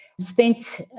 Spent